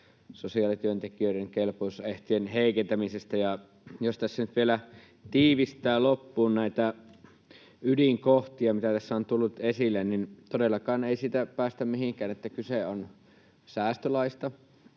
sosiaalityöntekijöiden kelpoisuusehtojen heikentämisestä. Ja jos tässä nyt vielä tiivistää loppuun näitä ydinkohtia, mitä tässä on tullut esille, niin todellakaan ei siitä päästä mihinkään, että kyse on säästölaista.